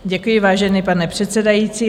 Děkuji, vážený pane předsedající.